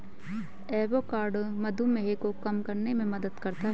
avocado मधुमेह को कम करने में मदद करता है